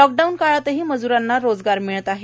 lockdown काळातही मज्रांना रोजगार मिळत आहेत